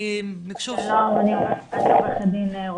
כולם ידעו גם ברבנות גם בבתי הדין.